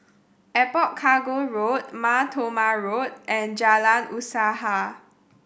Airport Cargo Road Mar Thoma Road and Jalan Usaha